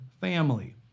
family